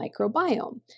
microbiome